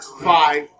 Five